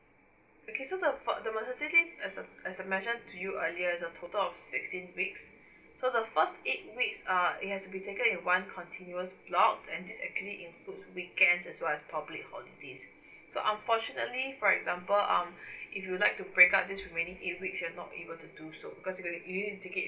okay so the for the maternity leave as I as I mentioned to you earlier is a total of sixteen weeks so the first eight weeks uh it has to be taken in one continuous block and this actually include weekend as well as public holidays so unfortunately for example um if you like to break up these remaining eight weeks you'll not be able to do so because if you got to you need to take it